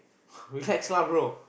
relax lah bro